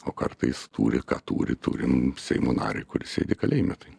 o kartais turit ką turi turim seimo narį kuris sėdi kalėjime tai